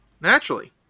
Naturally